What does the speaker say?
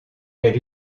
elle